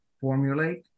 formulate